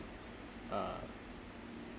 uh